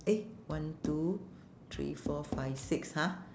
eh one two three four five six !huh!